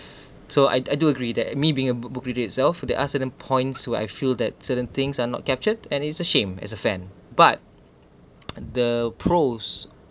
so I I do agree that me being a book book reader itself there are certain points where I feel that certain things are not captured and it's a shame as a fan but the pros